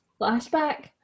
Flashback